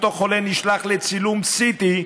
אותו חולה נשלח לצילום CT,